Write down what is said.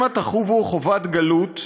שמא תחובו חובת גלות,